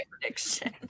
prediction